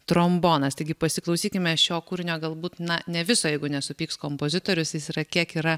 trombonas taigi pasiklausykime šio kūrinio galbūt na ne visą jeigu nesupyks kompozitorius jis yra kiek yra